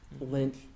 Lynch